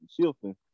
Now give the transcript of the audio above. shifting